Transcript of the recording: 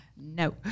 No